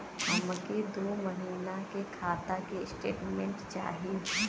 हमके दो महीना के खाता के स्टेटमेंट चाही?